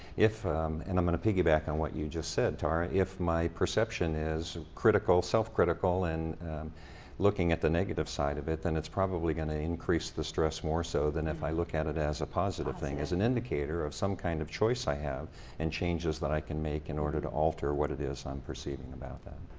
if and i'm going to piggyback on what you just said, tara, if my perception is critical, self critical, and looking at the negative side of it, then it's probably going to increase the stress more so than if i look at it as a positive thing, as an indicator of some kind of choice i have and changes that i can make in order to alter what it is i'm perceiving about that.